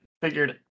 figured